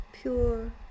pure